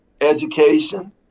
Education